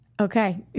Okay